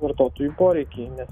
vartotojų poreikiai nes